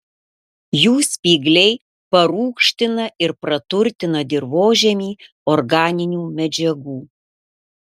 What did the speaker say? jų spygliai parūgština ir praturtina dirvožemį organinių medžiagų